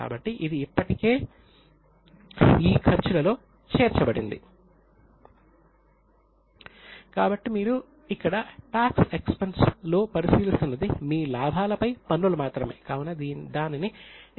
కాబట్టి ఇది ఇప్పటికే ఈ ఖర్చులలో చేర్చబడింది